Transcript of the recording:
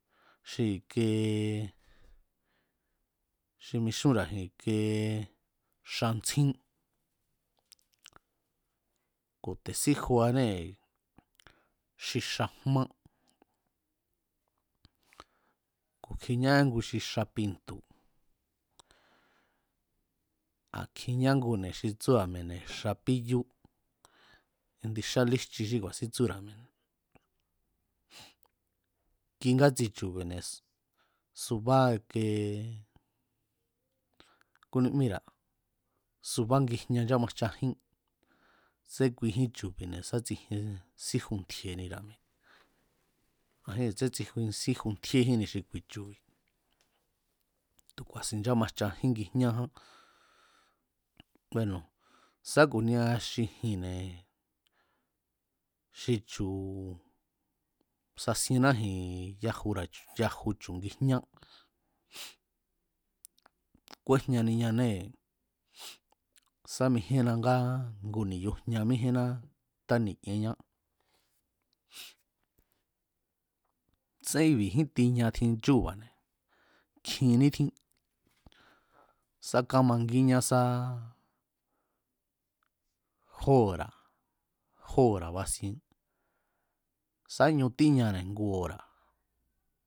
Xi i̱ke xi mixúra̱ji̱n i̱ke xa ntsjín, ku̱ te̱ síjuanée̱ xi xa jmá ku̱ kjiña íngu xi xa pintu̱ ku̱ kjiña íngune̱ xi tsúra̱ mi̱e̱ne̱ xa píyú indi xa líjchi xí ku̱a̱sin tsúra̱ mi̱e̱. Ki ngátsi chu̱bi̱ne̱ subá ike kúnímíra̱ suba ingijña nchámajchajín tsen kuijín chu̱bi̱ne̱ sá tsiejien síju ntji̱e̱nira̱ mi̱e̱ ajíi̱n tsén tsjien síju ntjíejínni xi kui chu̱bi̱ne̱ tu̱ ku̱a̱sin nchámajcha jin ngijñáján bueno sá ku̱nia xi ji̱nne̱, xi chu̱ sasiennáji̱n yaju chu̱ ngijñá kúejñaniñanee̱ sa mijíenna ngá ngu ni̱yu jña míjíenná táni̱k'ieán tsén i̱bi̱jín tiña tjin chúu̱ba̱ne̱ kjinní tjín sá kámangíñá sá jó ora̱ jó ora̱ basien, sa ñu tíñane̱ ngu ora̱,